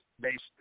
Based